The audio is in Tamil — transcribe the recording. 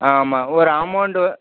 ஆ ஆமாம் ஒரு அமௌன்ட்டு